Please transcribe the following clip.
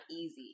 easy